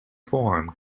form